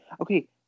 okay